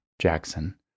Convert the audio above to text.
Jackson